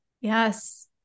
Yes